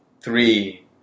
three